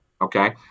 okay